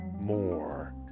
more